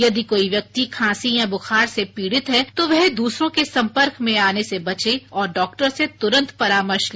यदि कोई व्यक्ति खांसी या बुखार से पीडि़त है तो वह द्रसरों के संपर्क में आने से बचे और डॉक्टर से तुरंत परामर्श ले